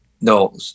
No